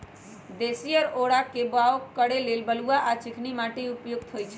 देशी औरा के बाओ करे लेल बलुआ आ चिकनी माटि उपयुक्त होइ छइ